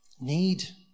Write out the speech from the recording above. need